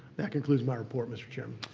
that concludes my report mr. chairman.